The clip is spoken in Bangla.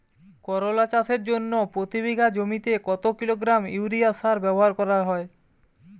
করলা চাষের জন্য প্রতি বিঘা জমিতে কত কিলোগ্রাম ইউরিয়া সার ব্যবহার করা হয়?